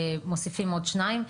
מוסיפים עוד שניים.